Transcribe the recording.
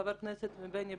חבר הכנסת בני בגין,